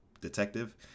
detective